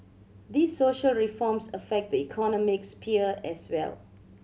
these social reforms affect the economic sphere as well